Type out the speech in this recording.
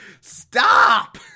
Stop